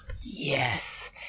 Yes